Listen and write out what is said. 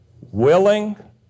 willing